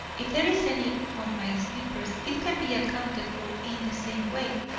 if there is any on my slippers it can be accounted for in the same way.